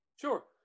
Sure